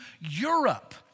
Europe